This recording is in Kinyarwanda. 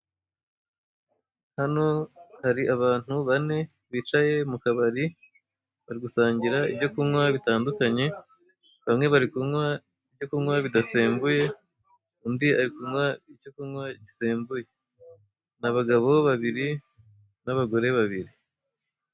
Hano hari abantu bane bicaye mu kabari bari gusangira ibyo kunywa bitandukanye, bamwe bari kunywa ibyo kunywa bidasembuye, undi ari kunywa icyo kunywa gisembuye. Ni abagabo babiri n'abagore babiri.